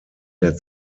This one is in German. der